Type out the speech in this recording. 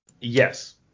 yes